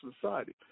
society